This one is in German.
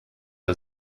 der